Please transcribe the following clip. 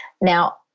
Now